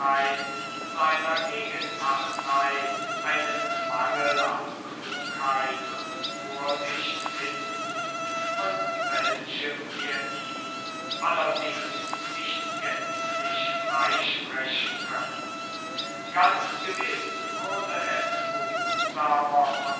seiner gegenpartei eines mangels an klugheit und vorsicht beschuldigen von welchem wir ihn allerdings nicht gänzlich freisprechen können wir leugnen es nicht es würde behutsamer